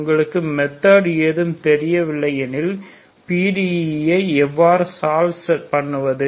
உங்களுக்கு மெத்தேட் ஏதும் தெரியவில்லை எனில் pde ஐ எவ்வாறு சால்வ் பண்ணுவது